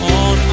on